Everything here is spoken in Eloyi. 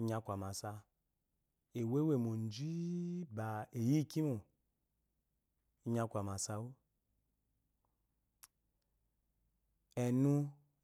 Inyiaka amab ewewemoji ba eyi ikimbo inyi aku amasewu, enu